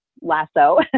lasso